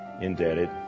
indebted